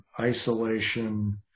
isolation